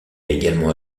également